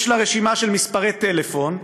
יש לה רשימה של מספרי טלפון,